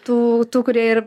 tų tų kurie ir